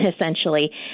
essentially